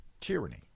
tyranny